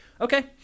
Okay